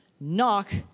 Knock